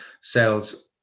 sales